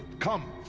come!